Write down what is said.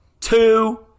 two